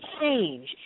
change